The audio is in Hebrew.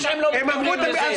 אתה יודע שהם לא מתכוונים לזה.